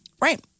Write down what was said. Right